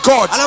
God